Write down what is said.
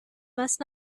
must